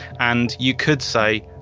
and you could say,